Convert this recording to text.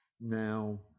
now